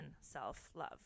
self-love